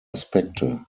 aspekte